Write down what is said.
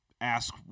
ask